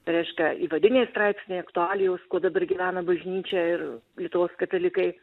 reiškia įvadiniai straipsniai aktualijos kuo dabar gyvena bažnyčia ir lietuvos katalikai